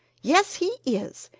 yes, he is!